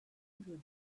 good